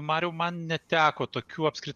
mariau man neteko tokių apskritai